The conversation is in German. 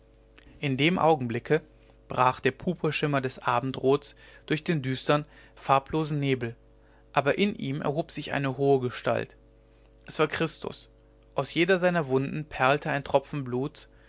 in dem augenblicke brach der purpurschimmer des abendrots durch den düstern farblosen nebel aber in ihm erhob sich eine hohe gestalt es war christus aus jeder seiner wunden perlte ein tropfen bluts